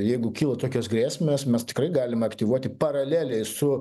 jeigu kyla tokios grėsmės mes tikrai galime aktyvuoti paraleliai su